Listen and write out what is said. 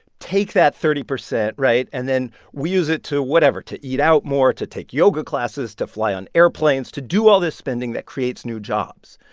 take that thirty percent right? and then we use it to whatever to eat out more, to take yoga classes, to fly on airplanes, to do all this spending that creates new jobs.